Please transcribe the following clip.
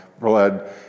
blood